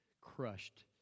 crushed